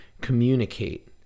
communicate